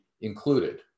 included